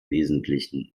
wesentlichen